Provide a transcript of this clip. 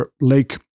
Lake